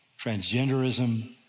Transgenderism